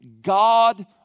God